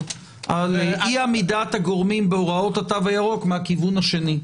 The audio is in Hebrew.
על אי-עמידת הגורמים בהוראות התו הירוק מהכיוון השני.